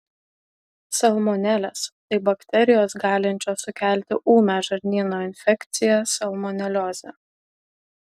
salmonelės tai bakterijos galinčios sukelti ūmią žarnyno infekciją salmoneliozę